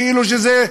כאילו זה,